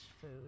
food